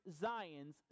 Zion's